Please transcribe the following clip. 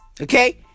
Okay